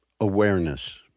awareness